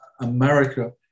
America